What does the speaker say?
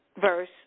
verse